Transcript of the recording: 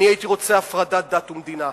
אני הייתי רוצה הפרדת דת ומדינה.